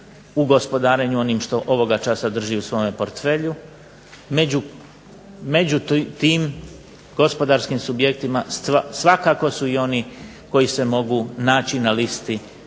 u gospodarenju onim što ovoga časa drži u svome portfelju. Među tim gospodarskim subjektima svakako su i oni koji se mogu naći na listi